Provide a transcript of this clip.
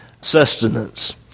sustenance